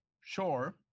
sure